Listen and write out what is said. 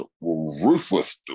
ruthless